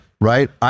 right